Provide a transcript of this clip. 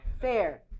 fair